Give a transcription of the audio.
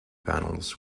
panels